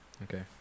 Okay